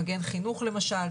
מגן חינוך למשל,